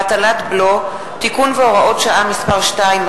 (הטלת בלו) (תיקון והוראת שעה מס' 2),